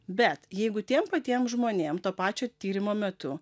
bet jeigu tiem patiem žmonėm to pačio tyrimo metu